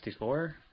64